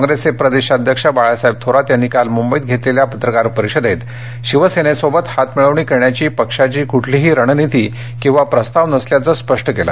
कॉंग्रेसचे प्रदेशाध्यक्ष बाळासाहेब थोरात यांनी काल मुंबईत घेतलेल्या पत्रकार परिषदेत शिवसेनेशी हातमिळवणी करण्याची पक्षाची कुठलीही रणनीती किंवा प्रस्ताव नसल्याचं स्पष्ट केलं